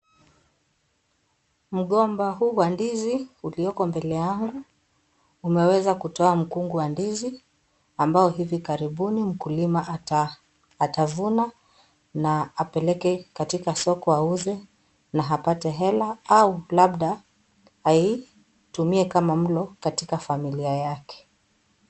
Mgomba huu wa ndizi ulioko mbele yangu, umeweza kutoa mkungu wa ndizi, ambao hivi karibuni, mkulima atavuna na apeleke katika soko auze, na apate hela au labda aitumie kama mlo katika familia yake.